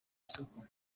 isoko